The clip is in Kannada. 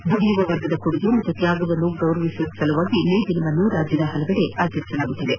ದುಡಿಯುವ ವರ್ಗದ ಕೊಡುಗೆ ಹಾಗೂ ತ್ಯಾಗವನ್ನು ಗೌರವಿಸುವ ಸಲುವಾಗಿ ಮೇ ದಿನವನ್ನು ರಾಜ್ಯದ ವಿವಿಧೆಡೆಯೂ ಆಚರಿಸಲಾಯಿತು